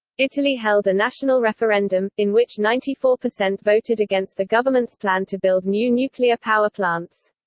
italy held a national referendum, in which ninety four percent voted against the government's plan to build new nuclear power plants.